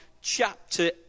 chapter